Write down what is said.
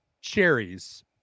cherries